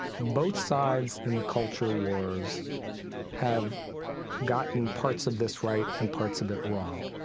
both sides in the culture wars have gotten parts of this right and parts of it wrong.